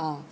ah